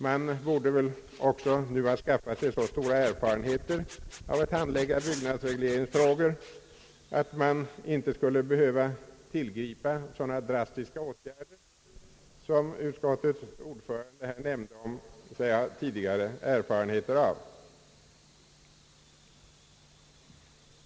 Man borde väl också nu ha skaffat sig så stora erfarenheter av att handlägga byggnadsregleringsfrågor, att man inte skulle behöva tillgripa så drastiska åtgärder som utskottets ordförande nämnde.